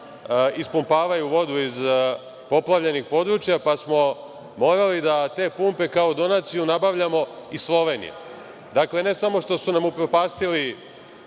ispumpavaju vodu iz poplavljenih područja, pa smo morali da te pumpe kao donaciju nabavljamo iz Slovenije. Dakle, ne samo što su nam upropastili